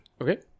Okay